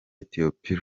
ethiopia